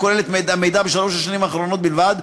הכולל את המידע בשלוש השנים האחרונות בלבד,